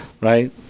Right